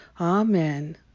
Amen